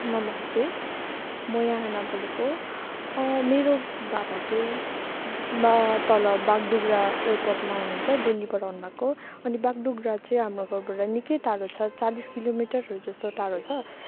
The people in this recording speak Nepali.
नमस्ते म यहाना बोलेको मेरो बाबा चाहिँ बा तल बागडोग्रा एयरपोर्टमा हुनुहुन्छ दिल्लीबाट आउनुभएको अनि बागडोग्रा चाहिँ हाम्रो घरबाट निकै राम्रो छ चालिस किलोमिटरहरू जस्तो टाढो छ